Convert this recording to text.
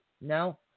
No